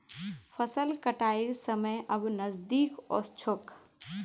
फसल कटाइर समय अब नजदीक ओस छोक